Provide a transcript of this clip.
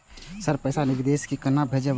Sir पैसा विदेशी bank में केना भेजबे?